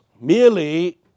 merely